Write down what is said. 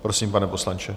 Prosím, pane poslanče.